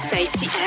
Safety